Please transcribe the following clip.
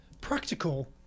practical